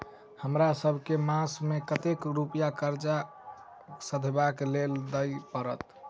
हमरा सब मास मे कतेक रुपया कर्जा सधाबई केँ लेल दइ पड़त?